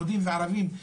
יהודים וערבים,